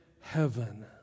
heaven